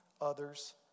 others